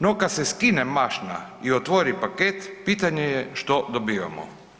No, kad se skine mašna i otvori paket, pitanje je što dobivamo.